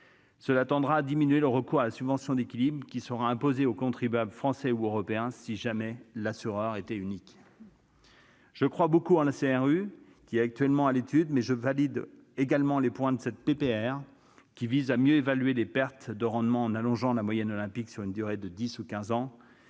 Cela tendra à diminuer le recours à la subvention d'équilibre qui sera imposée aux contribuables français ou européens, dans le cas où l'assureur est unique. Je crois beaucoup en cette CRU actuellement à l'étude. Je valide également les points de la proposition de résolution qui visent à mieux évaluer les pertes de rendement en allongeant la moyenne olympique sur une durée de dix ou quinze